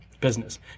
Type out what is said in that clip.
business